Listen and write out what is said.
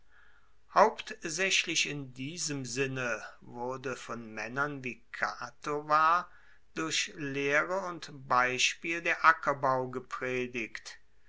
hauptsaechlich in diesem sinne wurde von maennern wie cato war durch lehre und beispiel der ackerbau gepredigt